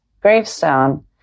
gravestone